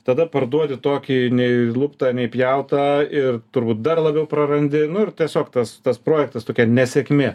tada parduodi tokį nei luptą nei pjautą ir turbūt dar labiau prarandi nu ir tiesiog tas tas projektas tokia nesėkmė